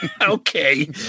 Okay